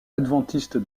adventiste